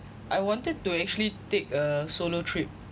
I wanted to actually take a solo trip